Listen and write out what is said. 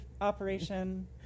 operation